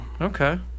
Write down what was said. Okay